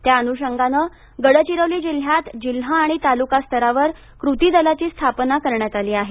त्या अनुषंगानं गडचिरोली जिल्हयात जिल्हा आणि तालुकास्तरावर कृती दलाची स्थापना करण्यात आली आहे